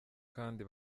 kandi